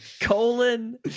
colon